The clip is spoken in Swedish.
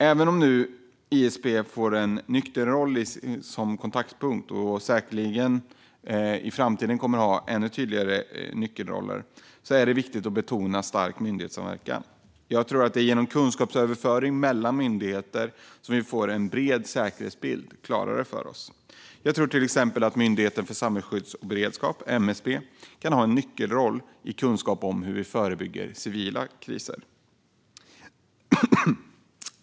Även om ISP nu får en nyckelroll som kontaktpunkt, och säkerligen i framtiden kommer att ha ännu tydligare nyckelroller, är det viktigt att betona en stark myndighetssamverkan. Jag tror att det är genom kunskapsöverföring mellan myndigheter som vi får en bred säkerhetsbild klarare för oss. Jag tror till exempel att Myndigheten för samhällsskydd och beredskap, MSB, kan ha en nyckelroll i kunskapen om hur vi förebygger civila kriser.